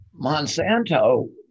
Monsanto